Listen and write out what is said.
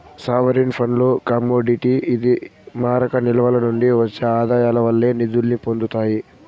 sovereign ఫండ్లు commodity ఇది మారక నిల్వల నుండి ఒచ్చే ఆదాయాల వల్లే నిదుల్ని పొందతాయి